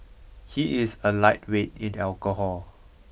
he is a lightweight in alcohol